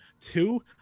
two